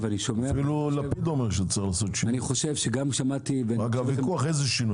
אפילו לפיד אומר שצריך לעשות שינויים אלא שהוויכוח הוא איזה שינויים.